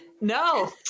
no